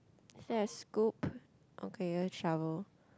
is that a scoop okay a shovel